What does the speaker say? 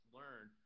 learn